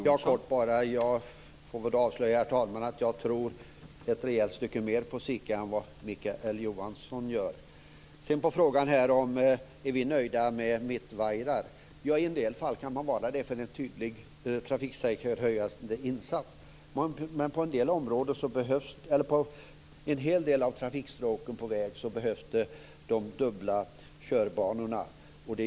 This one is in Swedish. Herr talman! Jag får väl avslöja att jag tror ett rejält stycke mer på SIKA än vad Mikael Johansson gör. På frågan om vi är nöjda med mittvajrar ska jag svara att man i en del fall kan vara det. Det är en tydlig trafiksäkerhetshöjande insats. På en hel del av trafikstråken på väg behövs det dubbla körbanor.